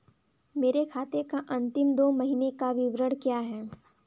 मेरे खाते का अंतिम दो महीने का विवरण क्या है?